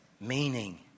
meaning